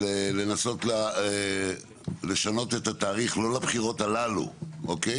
של לנסות לשנות את התאריך לא לבחירות הללו אוקיי